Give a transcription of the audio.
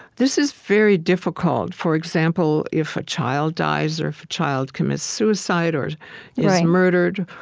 this is very difficult. for example, if a child dies, or if a child commits suicide or is murdered,